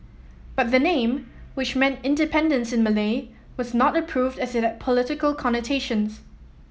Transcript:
but the name which meant independence in Malay was not approved as it had political connotations